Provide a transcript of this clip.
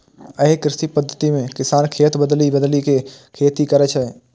एहि कृषि पद्धति मे किसान खेत बदलि बदलि के खेती करै छै